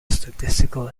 statistical